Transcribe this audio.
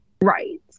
Right